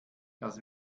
das